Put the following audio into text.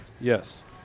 yes